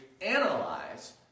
analyze